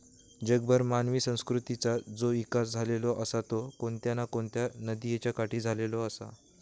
जगभर मानवी संस्कृतीचा जो इकास झालेलो आसा तो कोणत्या ना कोणत्या नदीयेच्या काठी झालेलो आसा